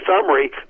summary